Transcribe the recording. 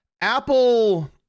Apple